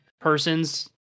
person's